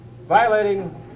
violating